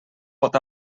pot